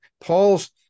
Paul's